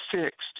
fixed